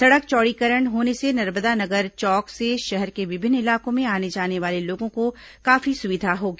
सड़क चौड़ीकरण होने से नर्मदा नगर चौक से शहर के विभिन्न इलाकों में आने जाने वाले लोगों को काफी सुविधा होगी